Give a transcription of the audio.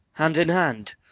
hand in hand!